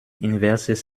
inverses